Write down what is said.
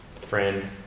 friend